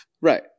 Right